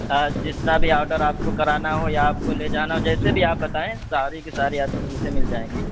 جتنا بھی آرڈر آپ کو کرانا ہو یا لے جانا ہو جیسے بھی آپ بتائیں ساری کی ساری آپ کو چیزیں مل جائیں گی